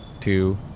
two